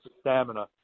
stamina